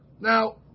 Now